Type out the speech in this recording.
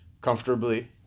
comfortably